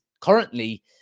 currently